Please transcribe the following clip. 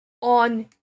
on